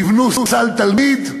יבנו סל תלמיד,